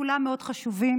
כולם מאוד חשובים,